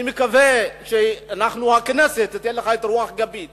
אני מקווה שאנחנו, הכנסת, ניתן לך רוח גבית